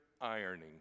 Ironing